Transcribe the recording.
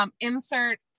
Insert